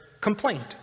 complaint